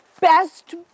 best